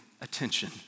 attention